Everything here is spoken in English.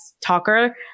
talker